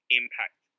impact